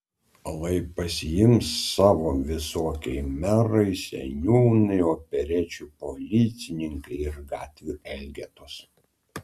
lai pasiims savo visokie merai seniūnai operečių policininkai ir gatvių elgetos